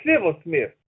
silversmith